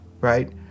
right